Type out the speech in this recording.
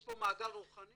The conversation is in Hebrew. יש פה מעגל רוחני